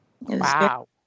Wow